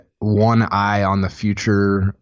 one-eye-on-the-future